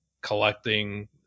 collecting